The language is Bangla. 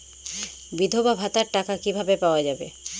বিধবা ভাতার টাকা কিভাবে পাওয়া যাবে?